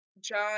John